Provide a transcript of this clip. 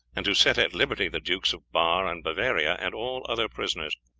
and to set at liberty the dukes of bar and bavaria and all other prisoners.